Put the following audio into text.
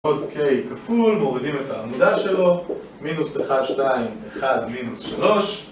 עוד K כפול, מורדים את העמודה שלו, מינוס 1, 2, 1, מינוס 3